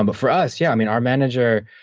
um but for us, yeah, i mean, our manager,